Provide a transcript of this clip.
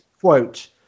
quote